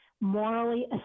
morally